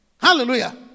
Hallelujah